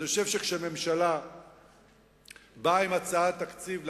אני חושב שכשממשלה באה עם הצעת תקציב לכנסת,